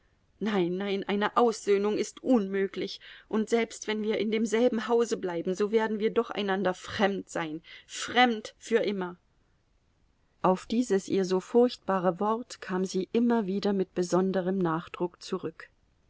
nein nein eine aussöhnung ist unmöglich und selbst wenn wir in demselben hause bleiben so werden wir doch einander fremd sein fremd für immer auf dieses ihr so furchtbare wort kam sie immer wieder mit besonderem nachdruck zurück